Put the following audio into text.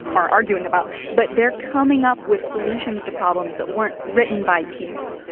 are arguing about. but they're coming up with solutions to problems that weren't written by people.